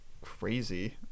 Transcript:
crazy